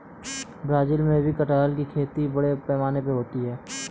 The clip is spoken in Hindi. ब्राज़ील में भी कटहल की खेती बड़े पैमाने पर होती है